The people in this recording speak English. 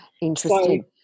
interesting